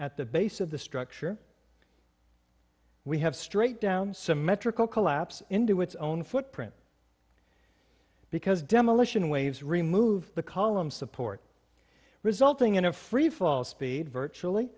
at the base of the structure we have straight down symmetrical collapse into its own footprint because demolition waves remove the column support resulting in a freefall speed virtually